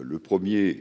le 1er